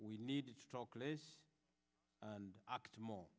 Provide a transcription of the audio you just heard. we needed to talk less and optimal